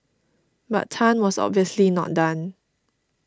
but Tan was obviously not done